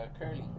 Curly